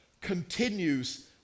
continues